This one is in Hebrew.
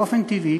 באופן טבעי,